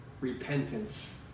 repentance